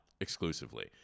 exclusively